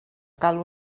cal